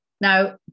Now